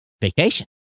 vacation